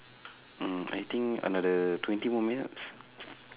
mm I think another twenty more minutes